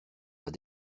pas